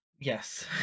yes